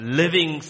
living